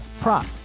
prop